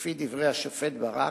שכפי דברי השופט ברק,